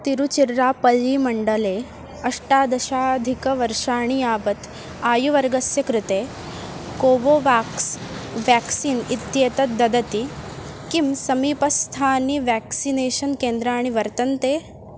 तिरुचिर्रापल्लीमण्डले अष्टादशाधिकवर्षाणि यावत् आयुवर्गस्य कृते कोवोवाक्स् व्याक्सीन् इत्येतत् ददति किं समीपस्थानि व्याक्सिनेषन् केन्द्राणि वर्तन्ते